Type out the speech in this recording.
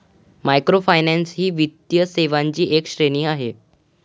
microfinance ही वित्तीय सेवांची एक श्रेणी आहे